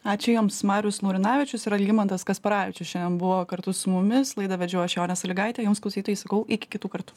ačiū jums marius laurinavičius ir algimantas kasparavičius šiandien buvo kartu su mumis laidą vedžiau aš jonė salygaitė jums klausytojai sakau iki kitų kartų